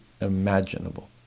imaginable